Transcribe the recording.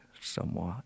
somewhat